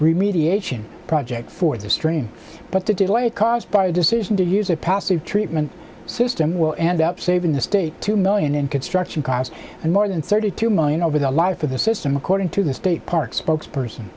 remediation project for the stream but the delay caused by the decision to use a passive treatment system will end up saving the state two million in construction cost and more than thirty two million over the life of the system according to the state parks spokesperson